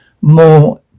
more